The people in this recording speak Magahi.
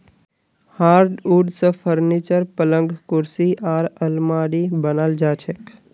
हार्डवुड स फर्नीचर, पलंग कुर्सी आर आलमारी बनाल जा छेक